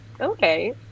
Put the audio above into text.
Okay